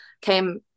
came